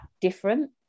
different